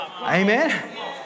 Amen